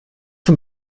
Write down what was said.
zum